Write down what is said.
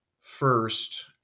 first